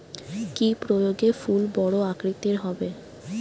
কি প্রয়োগে ফুল বড় আকৃতি হবে?